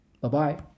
Bye-bye